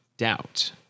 doubt